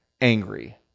angry